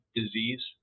disease